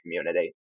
community